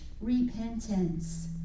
repentance